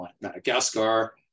Madagascar